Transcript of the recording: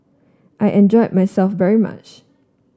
I enjoyed myself very much